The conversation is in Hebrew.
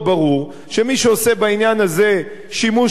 שמי שעושה בעניין הזה שימוש פוליטי,